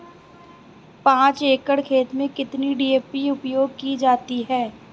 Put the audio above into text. पाँच एकड़ खेत में कितनी डी.ए.पी उपयोग की जाती है?